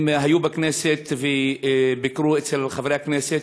הם היו בכנסת וביקרו אצל חברי הכנסת.